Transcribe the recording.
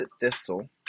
thistle